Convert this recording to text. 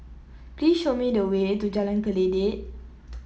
please show me the way to Jalan Kledek